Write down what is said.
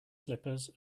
slippers